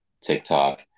TikTok